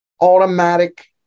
automatic